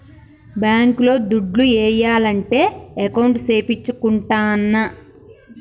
bank లో దుడ్లు ఏయాలంటే అకౌంట్ సేపిచ్చుకుంటాన్న